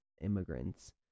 immigrants